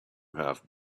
have